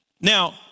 Now